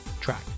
track